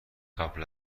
قبل